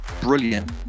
brilliant